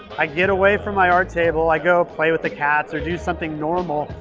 i get away from my art table, i go play with the cats or do something normal,